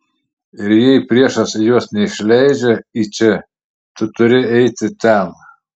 ir jei priešas jos neišleidžia į čia tu turi eiti ten